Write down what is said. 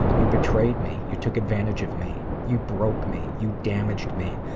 you betrayed me. you took advantage of me. you broke me. you damaged me.